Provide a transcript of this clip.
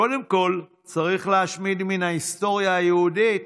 קודם כול צריך להשמיד מן ההיסטוריה היהודית